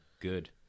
good